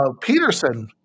Peterson